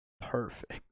Perfect